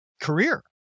career